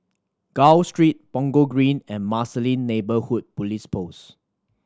Gul Street Punggol Green and Marsiling Neighbourhood Police Post